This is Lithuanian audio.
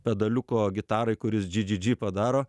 pedaliuko gitarai kuris dži dži dži padaro